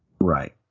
Right